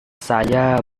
saya